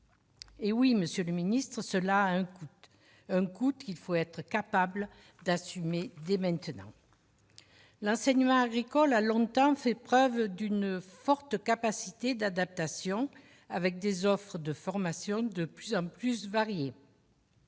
est vrai, monsieur le ministre, que cela a un coût qu'il faut être capable d'assumer dès maintenant. L'enseignement agricole a longtemps fait preuve d'une forte capacité d'adaptation, avec des offres de formation de plus en plus variées.